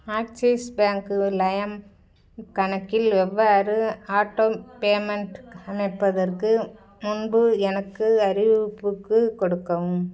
axis பேங்க்கு லையம் கணக்கில் எவ்வாறு ஆட்டோ பேமெண்ட் அமைப்பதற்கு முன்பு எனக்கு அறிவிப்புக்கு கொடுக்கவும்